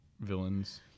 villains